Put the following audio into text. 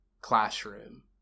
classroom